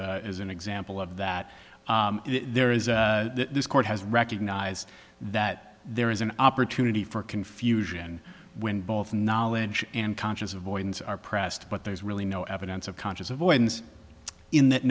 as an example of that there is this court has recognized that there is an opportunity for confusion when both knowledge and conscious avoidance are asked but there's really no evidence of conscious avoidance in that